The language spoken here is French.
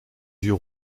yeux